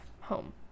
home